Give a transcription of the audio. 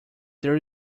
there